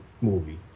movie